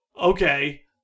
okay